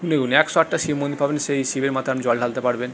গুনে গুনে একশো আটটা শিব মন্দির পাবেন সেই শিবের মাথায় আপনি জল ঢালতে পারবেন